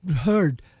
heard